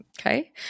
Okay